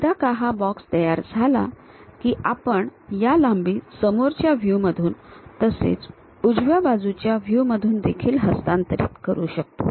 एकदा का हा बॉक्स तयार झाला की आपण या लांबी समोरच्या व्ह्यू मधून तसेच उजव्या बाजूच्या व्ह्यू मधून देखील हस्तांतरित करू शकतो